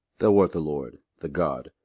thou art the lord the god,